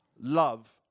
love